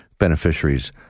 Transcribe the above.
beneficiaries